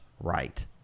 right